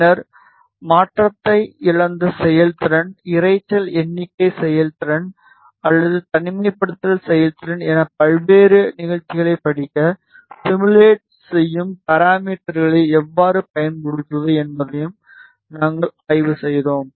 பின்னர் மாற்றத்தை இழந்த செயல்திறன் இரைச்சல் எண்ணிக்கை செயல்திறன் அல்லது தனிமைப்படுத்தல் செயல்திறன் என பல்வேறு நிகழ்ச்சிகளைப் படிக்க சிமுலேட் செய்யும் பாராமீட்டர்களை எவ்வாறு பயன்படுத்துவது என்பதையும் நாங்கள் ஆய்வு செய்தோம்